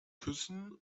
küssen